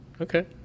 Okay